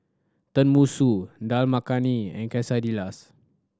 Tenmusu Dal Makhani and Quesadillas